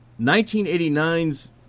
1989's